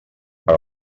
per